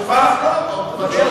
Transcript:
בסדר, זכותך.